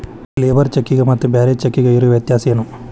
Labour ಚೆಕ್ಕಿಗೆ ಮತ್ತ್ ಬ್ಯಾರೆ ಚೆಕ್ಕಿಗೆ ಇರೊ ವ್ಯತ್ಯಾಸೇನು?